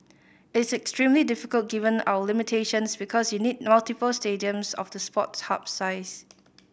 it is extremely difficult given our limitations because you need multiple stadiums of the Sports Hub size